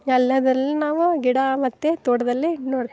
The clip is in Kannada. ಎಲ್ಲಾದಲ್ಲು ನಾವು ಗಿಡ ಮತ್ತು ತೋಟದಲ್ಲಿ ನೋಡಿ